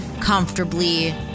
comfortably